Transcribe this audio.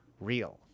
real